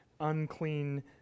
unclean